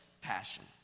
passion